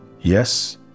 Yes